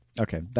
Okay